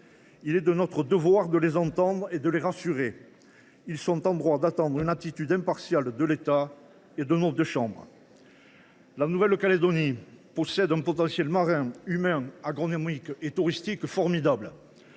Il est de notre devoir de les entendre et de les rassurer. Ils sont en droit d’attendre une attitude impartiale de l’État et de nos deux chambres. La Nouvelle Calédonie possède un formidable potentiel marin, humain, agronomique et touristique. Ne le